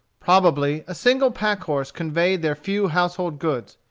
probably a single pack-horse conveyed their few household goods.